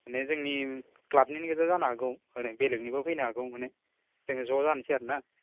माने जोंनि क्लाबनिनो गोजा जानो हागौ ओरै बेेलगनिबो फैनो हागौ माने जोङो ज' जानोसै आरोना